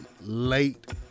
late